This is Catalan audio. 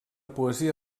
poesia